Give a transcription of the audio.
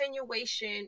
continuation